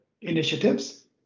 initiatives